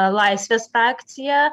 laisvės frakcija